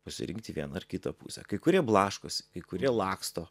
pasirinkti vieną ar kitą pusę kai kurie blaškosi kai kurie laksto